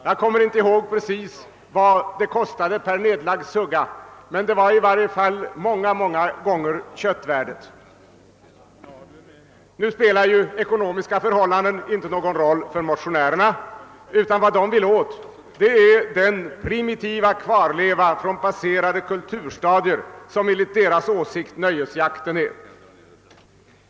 Jag kommer inte ihåg exakt hur mycket varje nedlagd sugga kostade, men det var många gånger köttvärdet. Nu spelar ju inte ekonomiska förhållanden någon roll för motionärerna utan våd de vill åt är den primitiva kvarleva från passerade kulturstadier som enligt deras åsikt nöjesjakten är.